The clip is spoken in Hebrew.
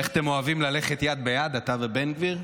איך אתם אוהבים ללכת יד ביד, אתה ובן גביר.